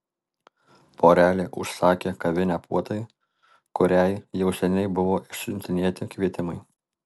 porelė užsakė kavinę puotai kuriai jau seniai buvo išsiuntinėti kvietimai